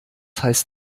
heißt